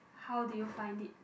how did you find it